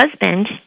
husband